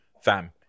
fam